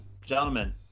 gentlemen